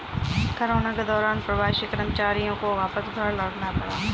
corona के दौरान प्रवासी कर्मचारियों को वापस घर लौटना पड़ा